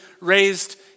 raised